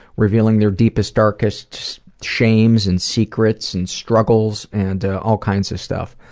revealing their deepest, darkest shames and secrets and struggles and all kinds of stuff.